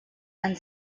and